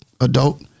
adult